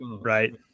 right